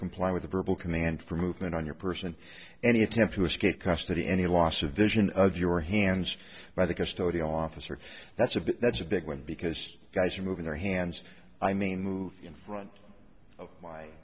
comply with a verbal command for movement on your person any attempt to escape custody any loss of vision of your hands by the custodial officer that's a big that's a big one because guys are moving their hands i mean move in front of my